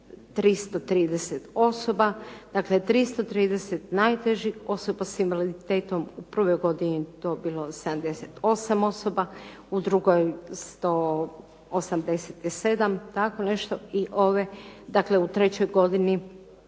330 osoba, dakle 330 najtežih osoba s invaliditetom u prvoj godini je dobilo 78 osoba, u drugoj 187 tako nešto i ove, dakle u trećoj godini